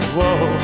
Whoa